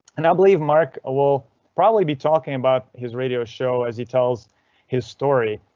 and i believe mark will probably be talking about his radio show as he tells his story.